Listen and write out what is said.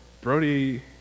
Brody